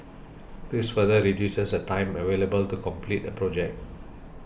this further reduces the time available to complete a project